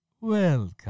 welcome